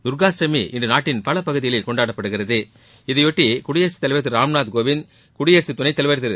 தர்காஷ்டமி இன்று நாட்டின் பல பகுதிகளில் கொண்டாடப்படுகிறது இதையொட்டி குடியரசுத்தலைவர் திரு ராம்நாத்கோவிந்த் குடியரசுத் துணைத்தலைவர் திரு